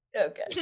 okay